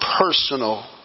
personal